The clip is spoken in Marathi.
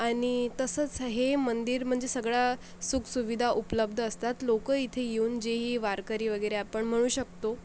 आणि तसंच हे मंदिर म्हणजे सगळ्या सुख सुविधा उपलब्ध असतात लोकं इथे येऊन जी वारकरी वगैरे आपण म्हणू शकतो